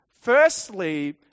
Firstly